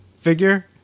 figure